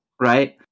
right